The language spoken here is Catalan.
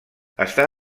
està